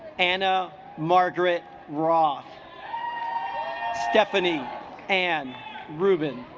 anna margaret raw stephanie and ruben